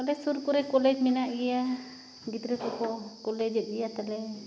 ᱟᱞᱮ ᱥᱩᱨ ᱠᱚᱨᱮ ᱠᱚᱞᱮᱡᱽ ᱢᱮᱱᱟᱜ ᱜᱮᱭᱟ ᱜᱤᱫᱽᱨᱟᱹ ᱠᱚᱠᱚ ᱠᱚᱞᱮᱡᱮᱫ ᱜᱮᱭᱟ ᱛᱟᱞᱮ